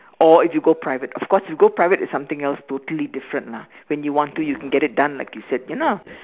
or if you go private of course if you go private is something else totally different lah when you want to you get it done lah like you said you know